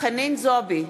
חנין זועבי,